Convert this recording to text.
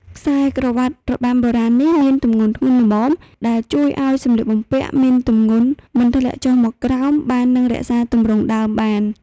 ខ្សែក្រវាត់របាំបុរាណនេះមានទម្ងន់ធ្ងន់ល្មម ដែលជួយឲ្យសម្លៀកបំពាក់មានទម្ងន់មិនធ្លាក់ចុះមកក្រោមបាននិងរក្សាទម្រង់ដើមបាន។